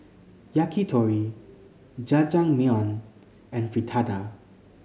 Yakitori Jajangmyeon and Fritada